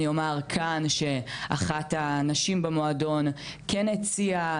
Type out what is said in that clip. אני אומר כאן שאחת הנשים במועדון כן הציעה